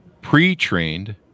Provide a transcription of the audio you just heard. pre-trained